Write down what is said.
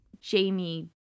jamie